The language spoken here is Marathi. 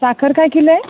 साखर काय किलोए